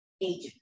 agent